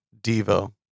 Devo